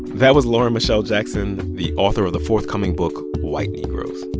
that was lauren michele jackson, the author of the forthcoming book white negros.